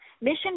Mission